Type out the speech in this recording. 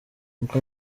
uko